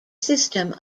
system